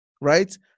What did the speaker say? right